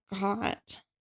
got